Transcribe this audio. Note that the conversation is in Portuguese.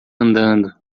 andando